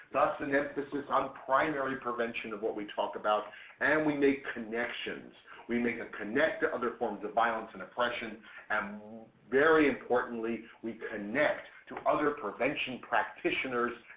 plus an emphasis on primary prevention of what we talk about and we make connections. we make a connect to other forms of violence and oppression and, very importantly, we connect to other prevention practitioners.